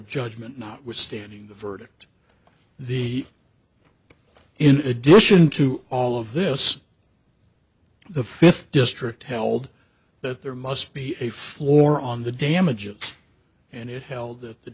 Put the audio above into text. judgement notwithstanding the verdict the in addition to all of this the fifth district held that there must be a floor on the damages and it held that the